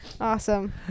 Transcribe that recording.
Awesome